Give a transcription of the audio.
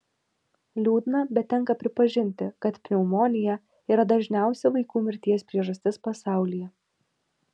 liūdna bet tenka pripažinti kad pneumonija yra dažniausia vaikų mirties priežastis pasaulyje